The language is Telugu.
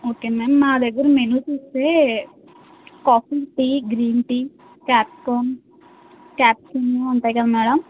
ఓకే మ్యామ్ మా దగ్గర మెనూ చూస్తే coffee tea green tea cappuccino cappuccino ఉంటాయి కదా మేడం